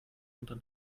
unter